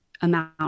amount